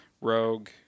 Rogue